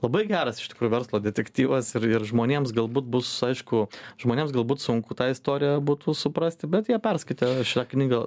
labai geras iš tikrųjų verslo detektyvas ir ir žmonėms galbūt bus aišku žmonėms galbūt sunku tą istoriją būtų suprasti bet jie perskaitę šią knygą